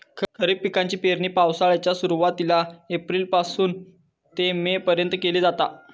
खरीप पिकाची पेरणी पावसाळ्याच्या सुरुवातीला एप्रिल पासून ते मे पर्यंत केली जाता